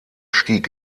stieg